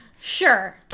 Sure